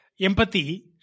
empathy